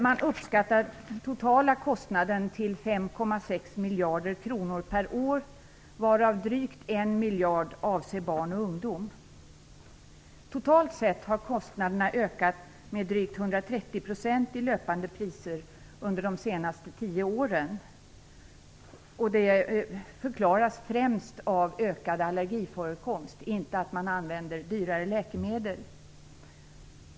Man uppskattar den totala kostnaden till 5,6 miljarder kronor per år, varav drygt en miljard avser barn och ungdom. Totalt sett har kostnaderna ökat med drygt 130 % i löpande priser under de senaste tio åren. Det förklaras främst av ökad allergiförekomst - inte av att man använder dyrare läkemedel.